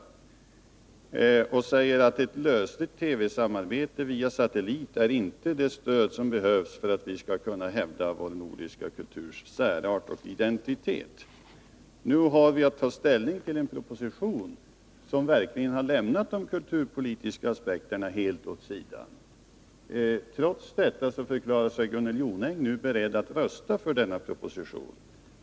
Hon sade också: ”Ett lösligt TV-samarbete via satellit är inte det stöd som behövs för att vi skall kunna hävda vår nordiska kulturs särart och identitet.” Nu har vi att ta ställning till en proposition som verkligen har lämnat de kulturpolitiska aspekterna helt åt sidan. Trots detta förklarar sig Gunnel Jonäng komma att rösta för denna proposition.